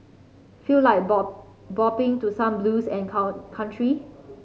feel like bow bopping to some blues and cow country